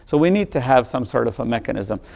so we need to have some sort of a mechanism.